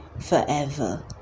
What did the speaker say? forever